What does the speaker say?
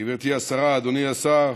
גברתי השרה, אדוני השר,